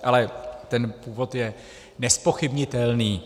Ale ten původ je nezpochybnitelný.